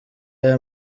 aya